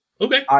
okay